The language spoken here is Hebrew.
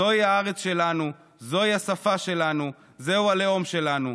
זוהי הארץ שלנו, זוהי השפה שלנו, זהו הלאום שלנו.